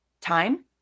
time